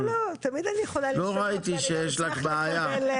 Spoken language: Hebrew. לא ראיתי שיש לך בעיה.